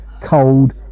cold